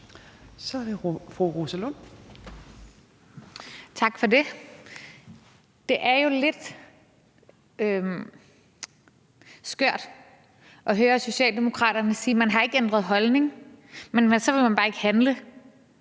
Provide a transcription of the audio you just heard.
Kl. 16:39 Rosa Lund (EL): Tak for det. Det er jo lidt skørt at høre Socialdemokraterne sige, at man ikke har ændret holdning, men man vil bare ikke handle.